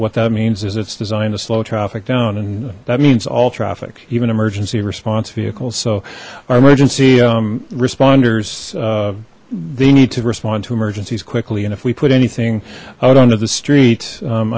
what that means is it's designed to slow traffic down and that means all traffic even emergency response vehicles so our emergency responders they need to respond to emergencies quickly and if we put anything out onto the street